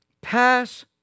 pass